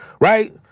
Right